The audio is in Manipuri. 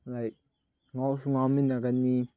ꯂꯥꯏꯛ ꯉꯥꯎꯁꯨ ꯉꯥꯎꯃꯤꯟꯅꯒꯅꯤ